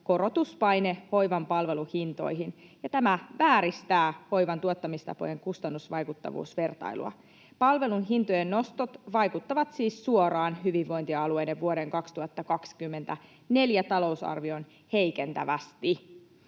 korotuspaine hoivan palveluhintoihin, ja tämä vääristää hoivan tuottamistapojen kustannusvaikuttavuusvertailua. Palvelun hintojen nostot vaikuttavat siis suoraan hyvinvointialueiden vuoden 2024 talousarvioon heikentävästi.